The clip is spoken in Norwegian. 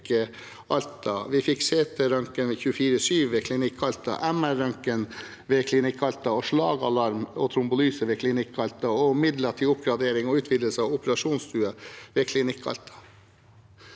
Vi fikk CT-røntgen 24-7 ved Klinikk Alta, MR-røntgen ved Klinikk Alta, slagalarm og trombolyse ved Klinikk Alta og midler til oppgradering og utvidelse av operasjonsstue ved Klinikk Alta.